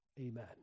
Amen